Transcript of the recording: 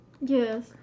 Yes